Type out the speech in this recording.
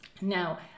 now